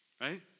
right